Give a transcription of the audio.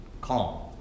calm